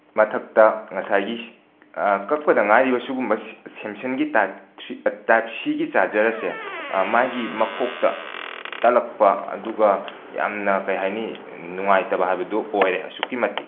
ꯃꯊꯛꯇ ꯉꯁꯥꯏꯒꯤ ꯀꯛꯄꯗ ꯉꯥꯏꯔꯤꯕ ꯁꯤꯒꯨꯝꯕ ꯁꯦꯝꯁꯪꯒꯤ ꯇꯥꯏꯞ ꯊ꯭ꯔꯤ ꯇꯥꯏꯞ ꯁꯤ ꯒꯤ ꯆꯥꯔꯖꯔ ꯑꯁꯦ ꯃꯥꯒꯤ ꯃꯈꯣꯛꯇ ꯇꯠꯂꯛꯄ ꯑꯗꯨꯒ ꯌꯥꯝꯅ ꯀꯩ ꯍꯥꯢꯅꯤ ꯅꯨꯉꯥꯏꯇꯕ ꯍꯥꯏꯕꯗꯨ ꯑꯣꯢꯔꯦ ꯑꯁꯨꯛꯀꯤ ꯃꯇꯤꯛ